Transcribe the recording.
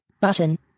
button